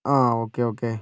ആ okay okay